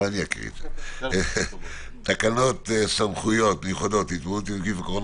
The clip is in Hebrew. מעלה להצבעה הצעת תקנות סמכויות מיוחדות להתמודדות עם נגיף הקורונה